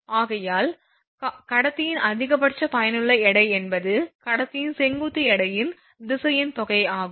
ஆகையால் கடத்தியின் அதிகபட்ச பயனுள்ள எடை என்பது கடத்தியின் செங்குத்து எடையின் திசையன் தொகை ஆகும்